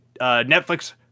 Netflix